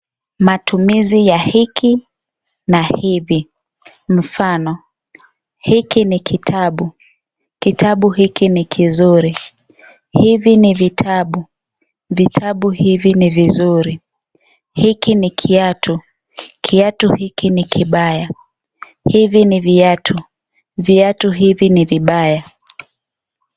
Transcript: Matumizi ya hiki na hivi, mfano hiki ni kitabu, kitabu hiki ni kizuri. Hivi ni vitabu, vitabu hivi ni vizuri. Hiki ni kiatu, kiatu hiki ni kibaya. Hivi ni viatu, viatu hivi ni vibaya.